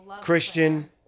Christian